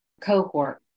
cohort